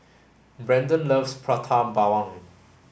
Braden loves Prata Bawang